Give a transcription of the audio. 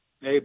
hey